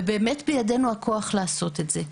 באמת בידינו הכוח לעשות את זה.